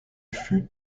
fut